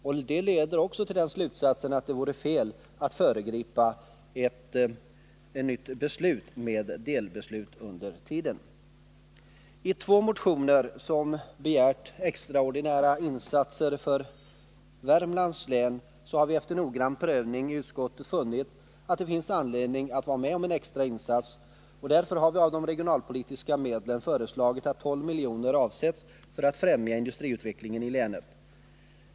Det leder oss också till den slutsatsen att det vore fel att under tiden föregripa ett nytt beslut med delbeslut. I två motioner har man begärt extraordinära insatser för Värmlands län. Efter noggrann prövning i utskottet har vi funnit att det finns anledning att göra en extra insats, och därför har vi av regionalpolitiska medel föreslagit att 12 milj.kr. avsätts för att främja industriutvecklingen i länet.